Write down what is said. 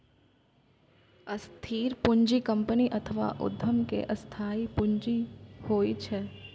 स्थिर पूंजी कंपनी अथवा उद्यम के स्थायी पूंजी होइ छै